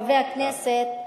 חברי הכנסת,